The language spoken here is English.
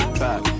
back